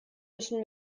müssen